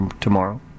tomorrow